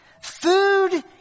food